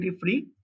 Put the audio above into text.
free